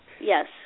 Yes